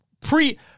Pre